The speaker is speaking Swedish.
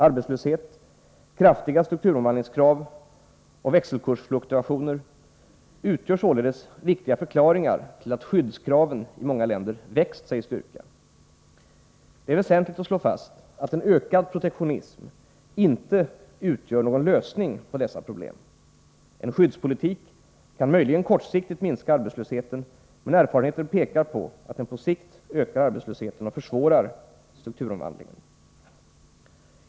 Arbetslöshet, kraftiga strukturomvandlingskrav och växelkursfluktuationer utgör således viktiga förklaringar till att skyddskraven i många länder växt sig starka. Det är väsentligt att slå fast att en ökad protektionism inte utgör någon lösning på dessa problem. En skyddspolitik kan möjligen kortsiktigt minska arbetslösheten, men erfarenheten pekar på att den på sikt ökar arbetslösheten och försvårar strukturomvandlingen.